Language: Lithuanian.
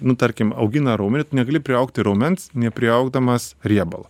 nu tarkim augina raumenį tu negali priaugti raumens nepriaugdamas riebalo